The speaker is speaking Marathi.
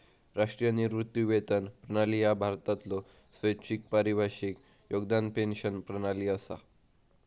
राष्ट्रीय निवृत्ती वेतन प्रणाली ह्या भारतातलो स्वैच्छिक परिभाषित योगदान पेन्शन प्रणाली असा